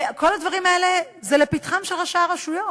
כל הדברים האלה זה לפתחם של ראשי הרשויות.